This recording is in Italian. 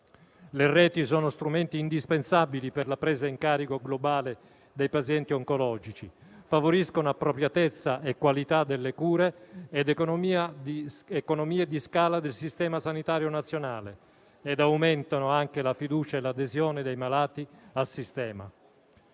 Le reti sono strumenti indispensabili per la presa in carico globale dei pazienti oncologici; favoriscono appropriatezza e qualità delle cure ed economie di scala del sistema sanitario nazionale e aumentano anche la fiducia e l'adesione dei malati al sistema.